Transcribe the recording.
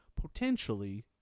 potentially